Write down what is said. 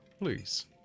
Please